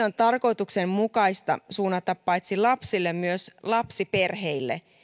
on tarkoituksenmukaista suunnata paitsi lapsille myös lapsiperheille